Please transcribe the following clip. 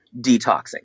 detoxing